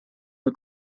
the